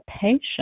patient